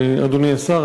אדוני השר,